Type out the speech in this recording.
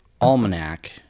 Almanac